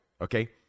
Okay